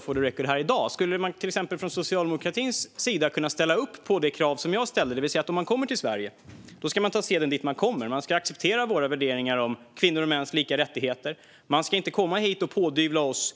For the record i dag skulle vi kunna fråga om Socialdemokraterna kan ställa upp på de krav jag ställde, nämligen att om man kommer till Sverige ska man ta seden dit man kommer. Man ska acceptera våra värderingar om kvinnors och mäns lika rättigheter. Man ska inte komma hit och pådyvla oss